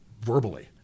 verbally